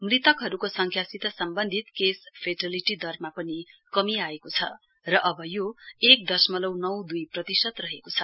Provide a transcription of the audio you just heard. मृतकहरूको संख्यासित सम्वन्धित केस फेटलिटि दरमा पनि कमी आएको छ र अब यो एक दशमलउ नौ दूई प्रतिशत रहेको छ